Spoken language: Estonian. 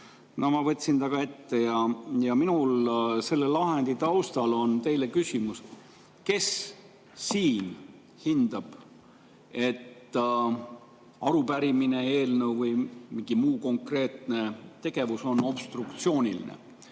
No ma võtsin ta ette ja minul on selle lahendi taustal teile küsimus: kes siin hindab, et arupärimine, eelnõu või mingi konkreetne tegevus on obstruktsiooniline?